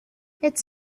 its